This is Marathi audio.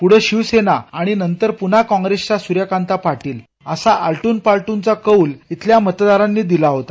पुढं शिवसेना आणि नंतर पुन्हा काँप्रेसच्या सूर्यकांता पार्पील असा आल ्जि पाल ्जिचा कौल इथल्या मतदारांनी दिला होता